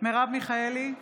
מרב מיכאלי,